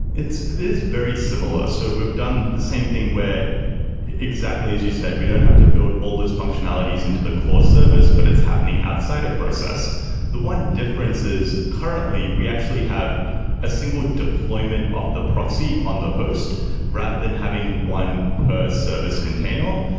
it is very similar. so we've done the same thing where exactly as you said. we don't have to build all those functionalities into the core service, but it's happening outside a the one difference is, currently, we actually have a single deployment of the proxy on the host rather than having one per service container,